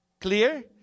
Clear